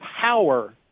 power